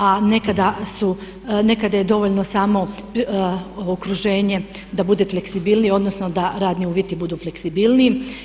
A nekada je dovoljno samo okruženje da bude fleksibilnije odnosno da radni uvjeti budu fleksibilniji.